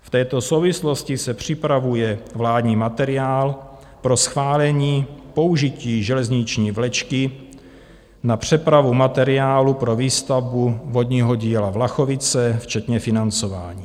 V této souvislosti se připravuje vládní materiál pro schválení použití železniční vlečky na přepravu materiálu pro výstavbu vodního díla Vlachovice včetně financování.